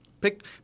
pick